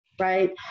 right